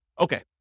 Okay